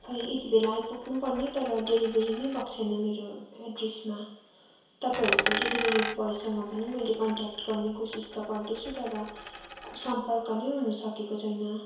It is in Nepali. खै यति बेला आइपुग्नु पर्ने तर डेलिभरी नै भएको छैन मेरो एड्रेसमा तपाईँहरूको डेलिभरी ब्वायसँग पनि मैले कन्टेक्ट गर्ने कोसिस त गर्दैछु तर सम्पर्क नै हुनु सकेको छैन